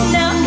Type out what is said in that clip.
Now